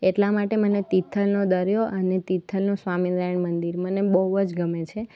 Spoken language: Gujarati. એટલા માટે મને તિથલનો દરિયો અને તિથલનું સ્વામિનારાયણ મંદિર મને બહુ જ ગમે છે